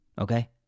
Okay